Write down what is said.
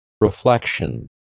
Reflection